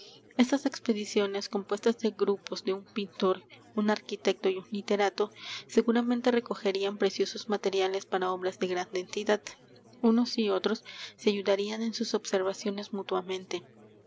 estas expediciones compuestas de grupos de un pintor un arquitecto y un literato seguramente recogerían preciosos materiales para obras de grande entidad unos y otros se ayudarían en sus observaciones mutuamente